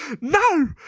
no